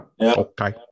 Okay